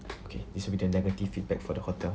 okay is will be the negative feedback for the hotel